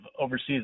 overseas